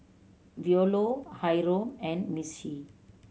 Veola Hyrum and Missie